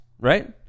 Right